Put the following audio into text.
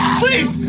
please